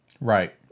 Right